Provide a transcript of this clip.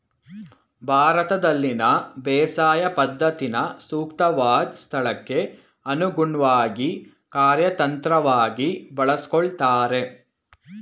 ಭಾರತದಲ್ಲಿನ ಬೇಸಾಯ ಪದ್ಧತಿನ ಸೂಕ್ತವಾದ್ ಸ್ಥಳಕ್ಕೆ ಅನುಗುಣ್ವಾಗಿ ಕಾರ್ಯತಂತ್ರವಾಗಿ ಬಳಸ್ಕೊಳ್ತಾರೆ